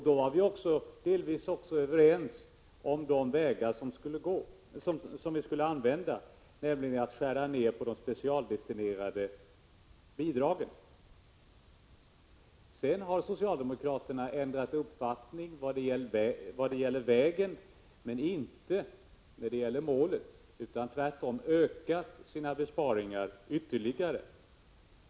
Då var vi också delvis överens om den väg vi skulle använda, nämligen att skära ned på de specialdestinerade bidragen. Sedan har socialdemokraterna ändrat uppfattning när det gäller vägen men inte när det gäller målet; de har tvärtom ökat sina besparingar ytterligare.